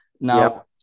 now